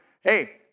Hey